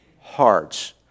hearts